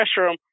restroom